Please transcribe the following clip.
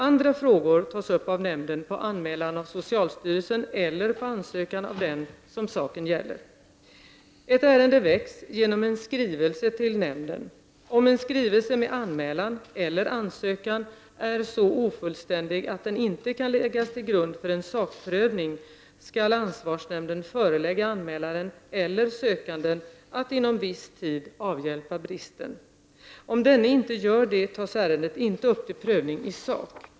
Andra frågor tas upp av nämnden på anmälan av socialstyrelsen eller på ansökan av den som saken gäller. Ett ärende väcks genom en skrivelse till nämnden. Om en skrivelse med anmälan eller ansökan är så ofullständig att den inte kan läggas till grund för en sakprövning, skall ansvarsnämnden förelägga anmälaren eller sökanden att inom viss tid avhjälpa bristen. Om denne inte gör det, tas ärendet inte upp till prövning i sak.